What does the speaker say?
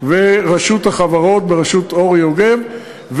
ורשות החברות בראשות אורי יוגב,